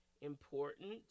important